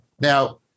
Now